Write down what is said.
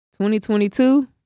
2022